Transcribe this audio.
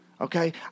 Okay